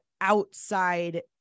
outside